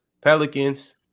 Pelicans